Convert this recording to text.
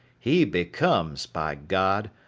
he becomes, by god,